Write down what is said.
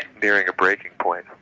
nearing a breaking point.